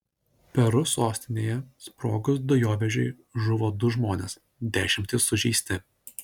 peru sostinėje sprogus dujovežiui žuvo du žmonės dešimtys sužeista